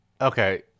okay